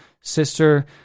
sister